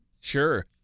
sure